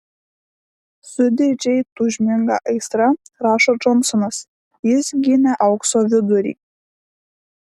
su didžiai tūžminga aistra rašo džonsonas jis gynė aukso vidurį